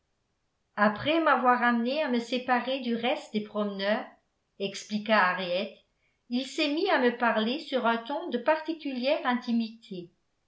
après m'avoir amenée à me séparer du reste des promeneurs expliqua henriette il s'est mis à me parler sur un ton de particulière intimité